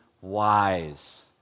wise